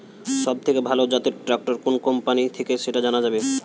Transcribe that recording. সবথেকে ভালো জাতের ট্রাক্টর কোন কোম্পানি থেকে সেটা জানা যাবে?